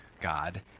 God